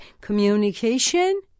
communication